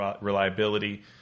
reliability